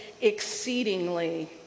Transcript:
exceedingly